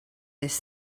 this